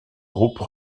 groupes